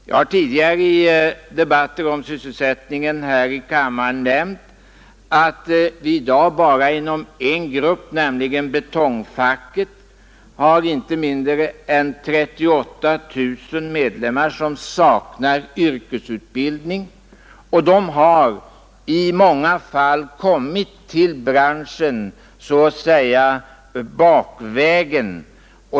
Jag har tidigare i debatter om sysselsättningen här i kammaren nämnt att vi i dag bara inom en grupp, nämligen betongfacket, har inte mindre än 38 000 medlemmar som saknar yrkesutbildning, och de har i många fall kommit in i branschen ”bakvägen”.